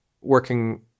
working